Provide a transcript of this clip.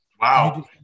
Wow